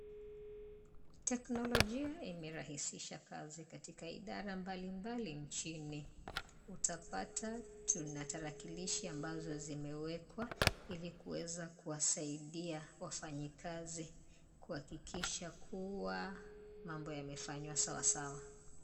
Teknolojia imerahisisha kazi katika idara mbalimbali nchini. Utapata tuna tarakilishi ambazo zimewekwa ili kuweza kuwasaidia wafanyakazi kuhakikisha kuwa mambo yamefanywa sawasawa.